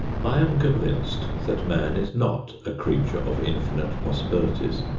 i am convinced that man is not a creature of infinite possibilities.